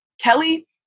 Kelly